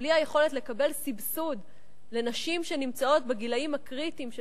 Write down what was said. בלי היכולת לקבל סבסוד לנשים שנמצאות בגילים הקריטיים,